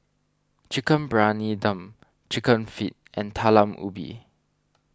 Chicken Briyani Dum Chicken Feet and Talam Ubi